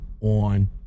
on